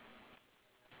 personal